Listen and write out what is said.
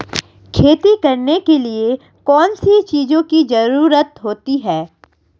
खेती करने के लिए कौनसी चीज़ों की ज़रूरत होती हैं?